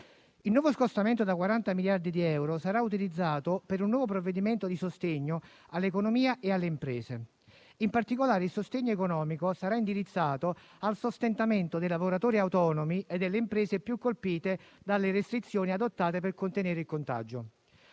Il nuovo scostamento da 40 miliardi di euro sarà utilizzato per un nuovo provvedimento di sostegno all'economia e alle imprese. In particolare, il sostegno economico sarà indirizzato al sostentamento dei lavoratori autonomi e delle imprese più colpite dalle restrizioni adottate per contenere il contagio.